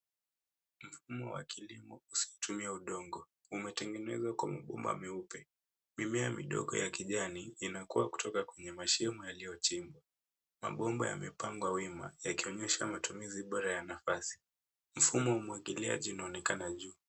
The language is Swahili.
Mfumo wa kilimo usiotumia udongo umetengenezwa kwa vyuma vyeupe. Mimea midogo vya kijani inakua kutoka kwenye mashimo yaliyochimbwa. Mabomba yamepangwa wima yakionyesha matumizi bora ya nafasi. Mfumo wa umwagiliaji unaonekana juu.